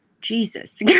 Jesus